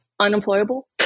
unemployable